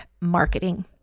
marketing